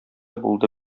булды